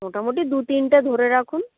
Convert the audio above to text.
মোটামুটি দু তিনটে ধরে রাখুন